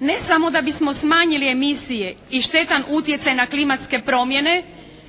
Ne samo da bismo smanjili emisije i štetan utjecaj na klimatske promjene,